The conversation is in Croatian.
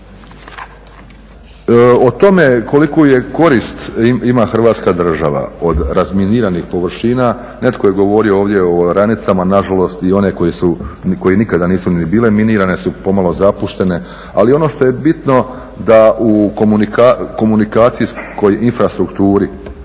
O tome koliku korist ima Hrvatska država od razminiranih površina netko je govorio ovdje o oranicama. Na žalost i one koje su, koje nikada nisu ni bile minirane su pomalo zapuštene. Ali ono što je bitno da u komunikacijskoj infrastrukturi,